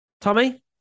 Tommy